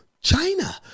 China